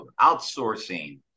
outsourcing